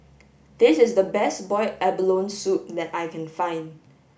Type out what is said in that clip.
this is the best boiled abalone soup that I can find